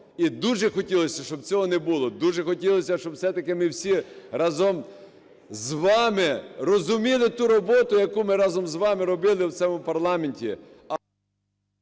І дуже хотілося б, щоб цього не було. Дуже хотілося б, щоб все-таки ми всі разом з вами розуміли ту роботу, яку ми разом з вами робили в цьому парламенті…